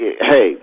hey